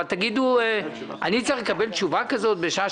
אבל תגידו: אני צריך לקבל תשובה כזאת בשעה